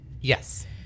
Yes